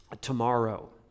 tomorrow